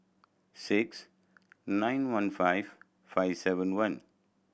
six nine one five five seven one